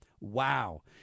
Wow